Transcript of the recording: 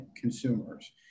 consumers